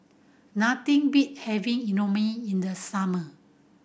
nothing beat having in the summer